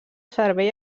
servei